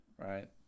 right